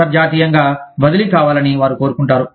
అంతర్జాతీయంగా బదిలీ కావాలని వారు కోరుకుంటారు